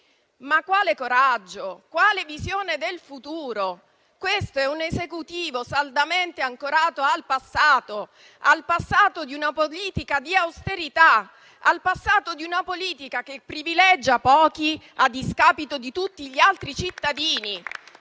Ma quale coraggio, quale visione del futuro! Questo è un Esecutivo saldamente ancorato al passato di una politica di austerità, che privilegia pochi a discapito di tutti gli altri cittadini